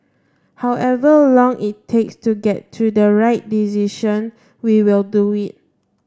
however long it takes to get to the right decision we will do it